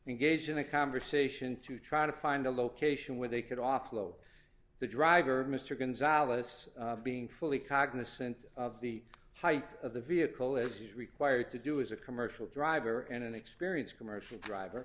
engaged in a conversation to try to find a location where they could offload the driver mr gonzales being fully cognizant of the height of the vehicle as is required to do is a commercial driver and an experience commercial driver